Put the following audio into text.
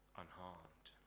unharmed